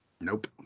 Nope